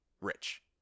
rich